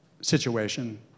situation